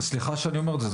סליחה שאני אומר את זה,